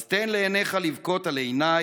// אז תן לעיניך לבכות על עיניי,